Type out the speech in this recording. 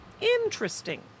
Interesting